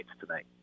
tonight